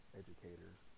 educators